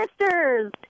sisters